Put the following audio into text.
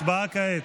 הצבעה כעת.